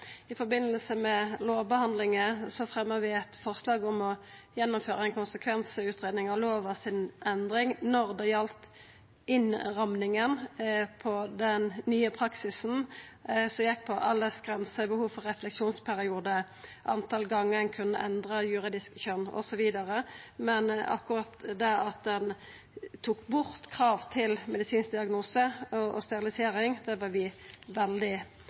I samband med lovbehandlinga fremja vi eit forslag om å gjennomføra ei konsekvensutgreiing når det gjaldt innramminga av den nye praksisen, som gjekk på aldersgrense, behov for refleksjonsperiode, talet på gonger ein kunne endra juridisk kjønn osv., men vi var veldig einig med resten av Stortinget i at ein tok bort krav til medisinsk diagnose og sterilisering. Når det gjeld erstatningsordning, står vi